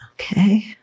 Okay